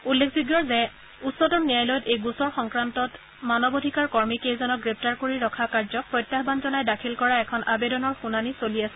উল্লেখযোগ্য যে উচ্চতম ন্যায়ালয়ত এই গোচৰ সংক্ৰান্তত মানৱ অধিকাৰ কৰ্মীকেইজনক গ্ৰেপ্তাৰ কৰি ৰখা কাৰ্যক প্ৰত্যাহ্বান জনাই দাখিল কৰা এখন আবেদনৰ শুনানি চলি আছে